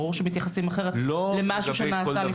ברור שמתייחסים אחרת למשהו שנעשה לפני 15 שנה.